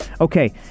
Okay